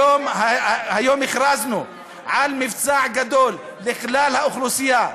היום הכרזנו על מבצע גדול לכלל האוכלוסייה,